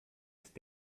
ist